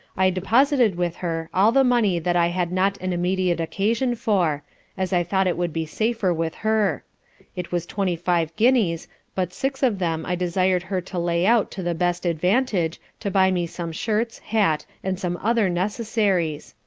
i deposited with her all the money that i had not an immediate occasion for as i thought it would be safer with her it was twenty five guineas but six of them i desired her to lay out to the best advantage, to buy me some shirts, hat and some other necessaries.